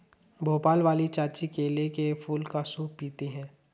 भोपाल वाली चाची केले के फूल का सूप पीती हैं